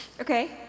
Okay